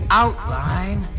outline